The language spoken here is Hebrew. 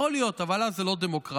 יכול להיות, אבל זאת לא דמוקרטיה.